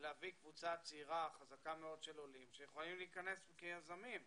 ולהביא קבוצה צעירה חזקה מאוד של עולים שיכולים להיכנס כיזמים לשוק.